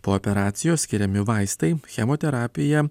po operacijos skiriami vaistai chemoterapija